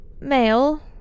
Male